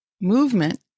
movement